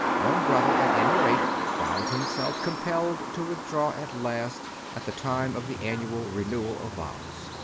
one brother at any rate found himself compelled to withdraw at last at the time of the annual renewal of vows.